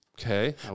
Okay